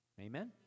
Amen